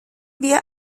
wir